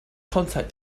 contact